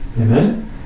Amen